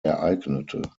ereignete